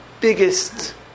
biggest